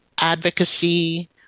advocacy